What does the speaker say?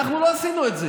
אנחנו לא עשינו את זה.